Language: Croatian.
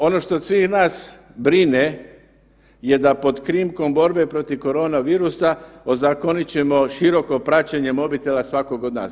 Pod, ono što svih nas brine je da pod krinkom borbe protiv koronavirusa ozakonit ćemo široko praćenje mobitela svakog od nas.